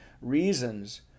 reasons